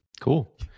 cool